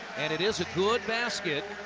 and it is a good basket.